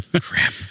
crap